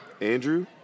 Andrew